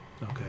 Okay